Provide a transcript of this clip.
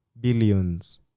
billions